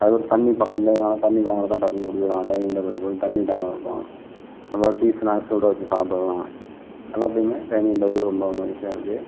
அதே போல் தண்ணி பக்கத்துலேருக்குறதனால் தண்ணி தாகம் எடுத்தால் டக்குன்னு குடிச்சிடுலாம் டைனிங் டேபிளில் எப்போதும் தண்ணி தாகம் எடுக்கும் அப்புறம் டீ ஸ்னாக்ஸோட வச்சு சாப்பிட்டுக்கலாம் எல்லாத்துக்குமே டைனிங் டேபிளில் ரொம்ப ரொம்ப ஈசியாகருக்கு